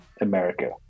america